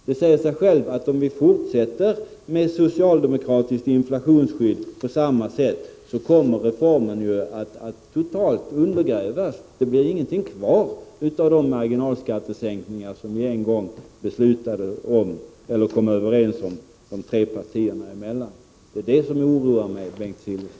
Det säger sig självt att om vi fortsätter med socialdemokratiskt inflationsskydd på samma sätt, kommer reformen att totalt undergrävas, och det blir ingenting kvar av de marginalskattesänkningar som vi en gång kom överens om, de tre partierna emellan. Det är det som oroar mig, Bengt Silfverstrand.